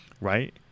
right